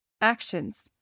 Actions